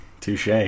Touche